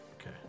Okay